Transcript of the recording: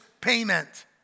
payment